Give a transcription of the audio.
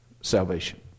salvation